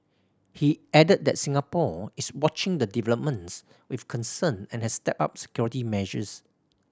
he added that Singapore is watching the developments with concern and has stepped up security measures